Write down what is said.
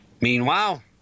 meanwhile